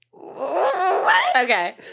okay